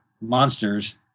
monsters